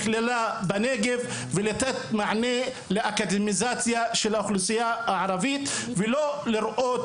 מכללה בנגב ולתת מענה לאקדמיזציה של האוכלוסייה הערבית ולא לראות